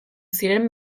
ziren